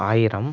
ஆயிரம்